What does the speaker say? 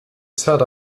set